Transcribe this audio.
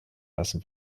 lassen